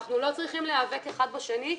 אנחנו לא צריכים להיאבק אחד בשני.